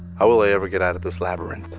how will i ever get out of this labyrinth?